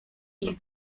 ich